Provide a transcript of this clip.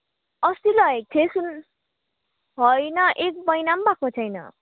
अस्ति लगेको थिएँ सम होइन एक महिना पनि भएको छैन